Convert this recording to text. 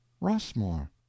Rossmore